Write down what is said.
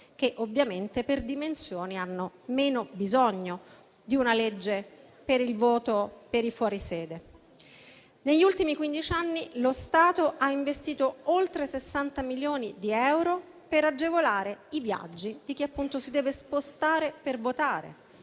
che ovviamente per dimensioni hanno meno bisogno di una legge per il voto dei fuori sede. Negli ultimi quindici anni lo Stato ha investito oltre 60 milioni di euro per agevolare i viaggi di chi, appunto, si deve spostare per votare,